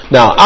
Now